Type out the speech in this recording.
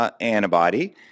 antibody